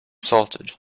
salted